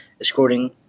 escorting